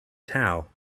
towel